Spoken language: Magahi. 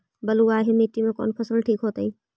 बलुआही मिट्टी में कौन फसल ठिक होतइ?